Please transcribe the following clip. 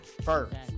first